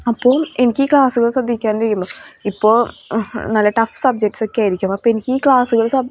അപ്പോൾ എനിക്ക് ക്ലാസുകൾ ശ്രദ്ധിക്കാൻ കഴിയും ഇപ്പോൾ നല്ല ടഫ് സബ്ജക്റ്റ്സ് ഒക്കെ ആയിരിക്കും അപ്പം എനിക്ക് ഈ ക്ലാസുകൾ